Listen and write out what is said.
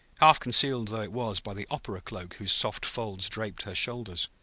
half concealed though it was by the opera cloak whose soft folds draped her shoulders.